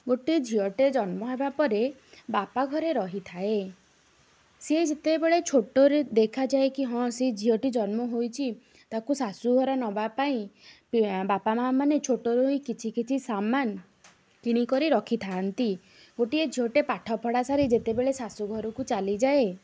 ଗୋଟିଏ ଝିଅଟେ ଜନ୍ମ ହେବା ପରେ ବାପା ଘରେ ରହିଥାଏ ସିଏ ଯେତେବେଳେ ଛୋଟରେ ଦେଖାଯାଏ କି ହଁ ସିଏ ଝିଅଟି ଜନ୍ମ ହୋଇଛି ତାକୁ ଶାଶୁଘର ନେବା ପାଇଁ ବାପା ମାଆମାନେ ଛୋଟରୁ ହିଁ କିଛି କିଛି ସାମାନ କିଣିକରି ରଖିଥାନ୍ତି ଗୋଟିଏ ଝିଅଟେ ପାଠ ପଢ଼ା ସାରି ଯେତେବେଳେ ଶାଶୁଘରକୁ ଚାଲିଯାଏ